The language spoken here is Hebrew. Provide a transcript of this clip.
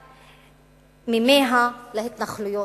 והעברת מימיה להתנחלויות.